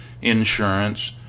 insurance